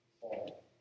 fall